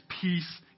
peace